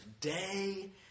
day